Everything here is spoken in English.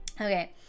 okay